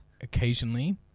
Occasionally